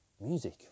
music